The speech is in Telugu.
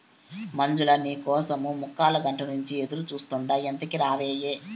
మంజులా, నీ కోసం ముక్కాలగంట నుంచి ఎదురుచూస్తాండా ఎంతకీ రావాయే